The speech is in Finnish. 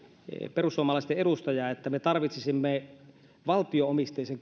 perussuomalaisten edustaja otti esille että me tarvitsisimme valtio omisteisen